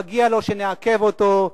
מגיע לו שנעכב אותו,